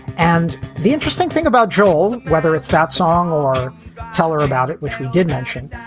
and the interesting thing about joel. whether it's that song or tell her about it, which we did mention,